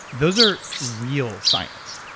those are real science.